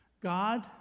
God